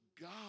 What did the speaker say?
God